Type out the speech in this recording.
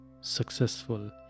successful